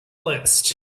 list